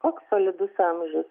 koks solidus amžius